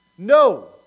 No